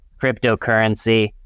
cryptocurrency